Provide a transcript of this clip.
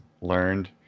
learned